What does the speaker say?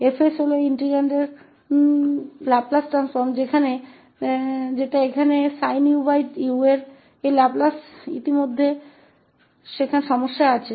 𝐹𝑠 इस इंटीग्रैंड का Laplace transform है जो कि sin uuहै और लैपलेस पहले से ही समस्या में दिया गया है